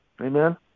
Amen